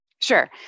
Sure